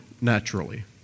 naturally